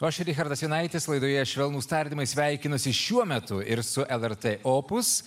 o aš richardas jonaitis laidoje švelnūs tardymai sveikinusi šiuo metu ir su lrt opus